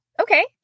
okay